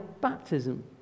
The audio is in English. baptism